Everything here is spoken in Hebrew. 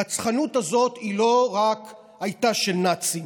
הרצחנות הזאת לא הייתה רק של נאצים,